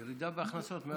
ירידה בהכנסות.